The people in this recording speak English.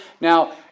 Now